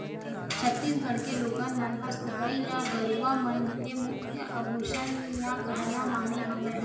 छत्तीसगढ़ के लोगन मन ह सोहई ल गरूवा मन के मुख्य आभूसन या गहना माने हवय